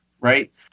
right